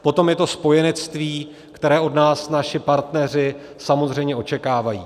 Potom je to spojenectví, které od nás naši partneři samozřejmě očekávají.